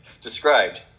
described